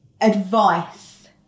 advice